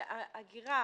וההגירה,